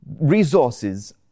resources